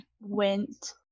went